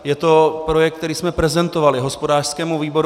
Je to projekt, který jsme prezentovali hospodářskému výboru.